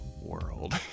world